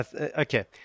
okay